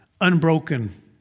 unbroken